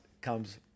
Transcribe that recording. comes